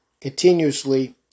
continuously